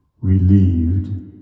Relieved